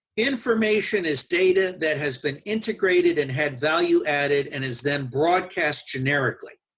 information is data that has been integrated and had value added and is then broadcast generically.